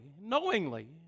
knowingly